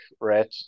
red